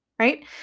right